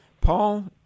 Paul